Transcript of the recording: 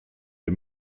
les